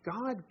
God